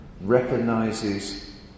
Recognizes